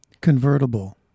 convertible